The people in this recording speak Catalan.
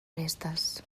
restes